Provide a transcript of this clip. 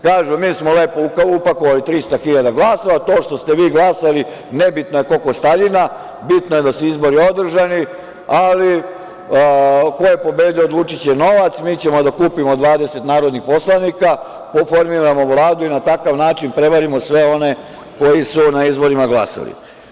Kažu – mi smo lepo upakovali 300 hiljada glasova, to što ste vi glasali, nebitno je, bitno je da su izbori održani, ali ko je pobedio odlučiće novac, mi ćemo da kupimo 20 narodnih poslanika, formiramo Vladu i na takav način prevarimo sve one koji su na izborima glasali.